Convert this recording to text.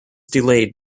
delayed